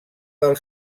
del